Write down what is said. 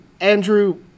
Andrew